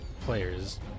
players